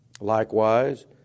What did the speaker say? Likewise